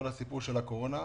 כל הסיפור של הקורונה,